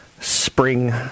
Spring